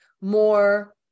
more